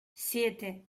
siete